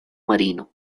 marino